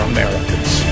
Americans